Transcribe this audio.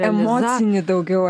emocinį daugiau